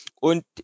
und